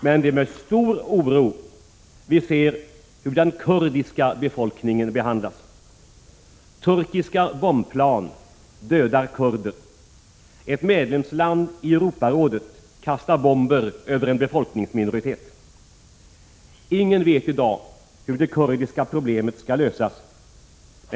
Men det är med stor oro vi ser hur den kurdiska befolkningen behandlas. Turkiska bombplan dödar kurder. Ett medlemsland i Europarådet fäller bomber över en befolkningsminoritet. Ingen vet i dag hur det kurdiska problemet skall lösas.